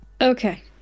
Okay